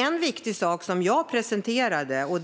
En viktig sak som jag presenterade är